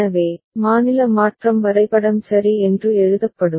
எனவே மாநில மாற்றம் வரைபடம் சரி என்று எழுதப்படும்